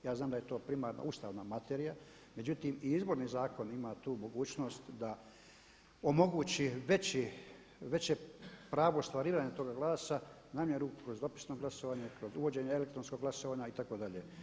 Ja znam da je to primarna ustavna materija, međutim i Izborni zakon ima tu mogućnost da omogući veće pravo ostvarivanja toga glasa, namjeru kroz dopisno glasovanje, kroz uvođenje elektronskog glasovanja itd.